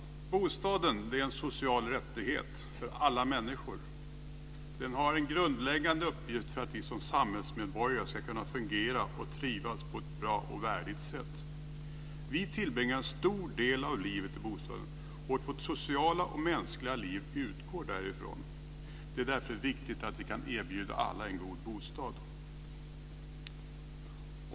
Bostaden är en social rättighet för alla människor. Den har en grundläggande uppgift för att vi som samhällsmedborgare ska kunna fungera och trivas på ett bra och värdigt sätt. Vi tillbringar en stor del av livet i bostaden, och vårt sociala och mänskliga liv utgår därifrån. Det är därför viktigt att vi kan erbjuda alla en god bostad.